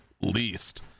least